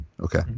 Okay